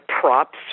props